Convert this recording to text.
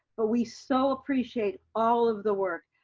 but we so appreciate all of the work.